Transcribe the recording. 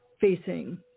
facing